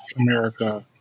america